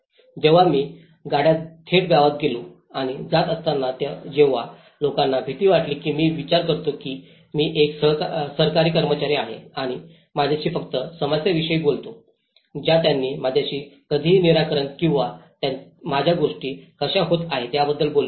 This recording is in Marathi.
जेव्हा मी गाड्यात थेट गावात गेलो आणि जात असता तेव्हा लोकांना भीती वाटली की मी विचार करतो की मी एक सरकारी कर्मचारी आहे आणि माझ्याशी फक्त समस्यांविषयी बोलतो ज्या त्यांनी माझ्याशी कधीही निराकरण किंवा माझ्या गोष्टी कशा होत आहेत याबद्दल बोललो नाही